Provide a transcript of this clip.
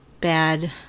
bad